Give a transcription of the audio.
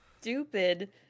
Stupid